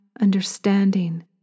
understanding